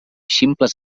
ximples